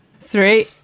Three